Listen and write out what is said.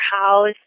house